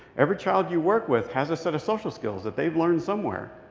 every child you work with has a set of social skills that they've learned somewhere.